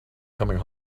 coming